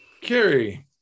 Carrie